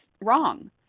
wrong